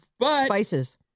spices